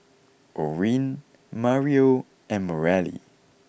Orrin Mario and Mareli